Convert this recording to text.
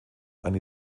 eine